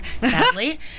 sadly